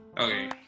Okay